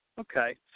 okay